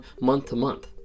month-to-month